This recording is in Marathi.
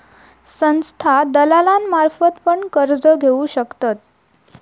संस्था दलालांमार्फत पण कर्ज घेऊ शकतत